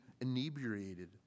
inebriated